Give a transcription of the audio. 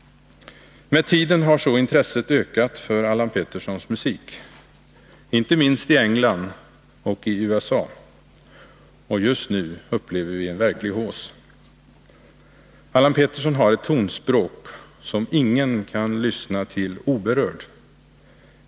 Med tiden har så intresset ökat för Petterssons musik — inte minst i England och i USA. Och just nu upplever vi en verklig hausse. Allan Pettersson har ett tonspråk som ingen kan lyssna till oberörd.